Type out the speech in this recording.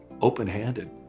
open-handed